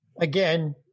Again